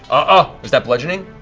ah is that bludgeoning?